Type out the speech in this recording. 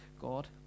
God